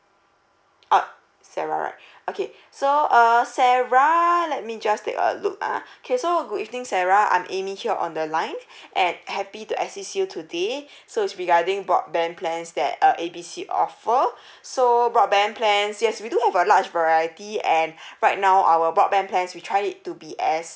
up sarah right okay so uh sarah let me just take a look ah okay so good evening sarah I'm amy here on the line and happy to assist you today so is regarding broadband plans that uh A B C offer so broadband plans yes we do have a large variety and right now our broadband plans we try it to be as